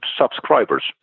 subscribers